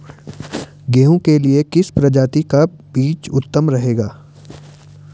गेहूँ के लिए किस प्रजाति का बीज उत्तम रहेगा?